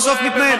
בסוף מתנהל.